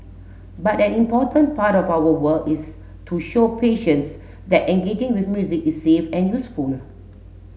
but an important part of our work is to show patients that engaging with music is safe and useful